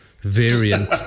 variant